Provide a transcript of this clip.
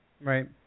Right